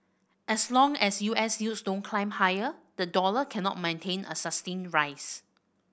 as long as U S yields don't climb higher the dollar cannot mount a sustained rise